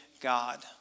God